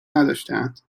نداشتهاند